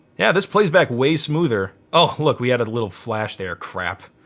yeah this plays back way smoother. oh look we added a little flash there. crap.